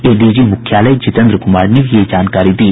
ADG मुख्यालय जितेन्द्र कुमार ने यह जानकारी दी